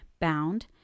bound